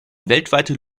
weltweite